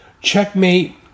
Checkmate